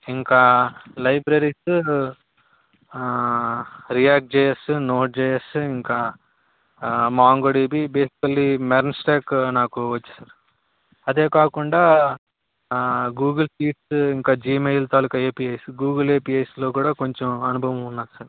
ఇంకా లైబ్రరీస్ ఆ React JS Node JS ఇంకా ఆ మాంగోడీబీ బేసికలీ మెర్న్ స్ట్యాక్ నాకు వచ్చు సర్ అదే కాకుండా ఆ గూగుల్ షీట్స్ ఇంకా జిమెయిల్ తాలూకు ఏపిఎస్ గూగుల్ ఏపిఎస్ లో కూడా కొంచెం అనుభవం ఉంది సర్